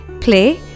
play